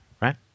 right